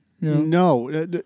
No